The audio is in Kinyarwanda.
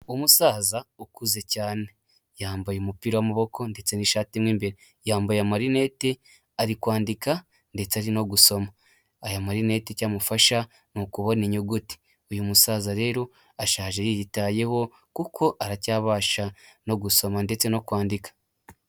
Umusaza ukuze cyane yambaye umupira w'amaboko ndetse n'ishati mo imbere, yambaye amarinete ari kwandika ndetse ari no gusoma, aya marinete icya amufasha ni ukubona inyuguti, uyu musaza rero ashaje yiyitayeho kuko aracyabasha no gusoma ndetse no kwandika.